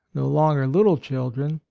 no longer little children,